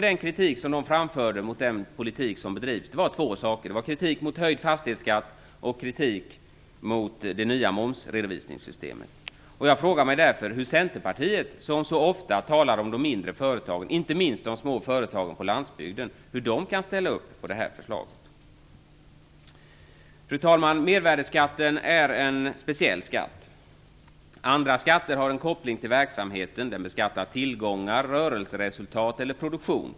Den kritik de framförde mot den politik som bedrivs handlade genomgående om två saker: den höjda fastighetsskatten och det nya momsredovisningssystemet. Jag frågar mig därför hur Centerpartiet som så ofta talar om de mindre företagen - inte minst på landsbygden - kan ställa upp på det här förslaget. Fru talman! Mervärdesskatten är en speciell skatt. Andra skatter har en koppling till verksamheten; de beskattar på något sätt tillgångar, rörelseresultat eller produktion.